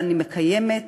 ואני מקיימת,